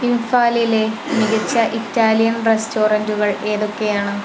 ഇംഫാലിലെ മികച്ച ഇറ്റാലിയൻ റെസ്റ്റോറൻറ്റുകൾ ഏതൊക്കെയാണ്